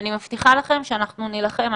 אני מבטיחה לכם שאנחנו נילחם.